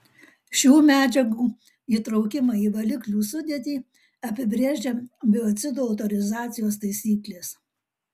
šių medžiagų įtraukimą į valiklių sudėtį apibrėžia biocidų autorizacijos taisyklės